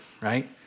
right